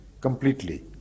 completely